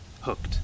Hooked